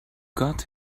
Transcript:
got